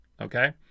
Okay